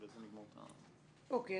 אוקי.